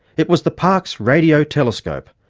it was the parkes radio telescope,